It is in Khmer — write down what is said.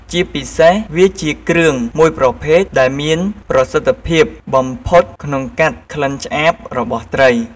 ជាពិសេស វាជាគ្រឿងមួយប្រភេទដែលមានប្រសិទ្ធិភាពបំផុតក្នុងកាត់ក្លិនឆ្អាបរបស់ត្រី។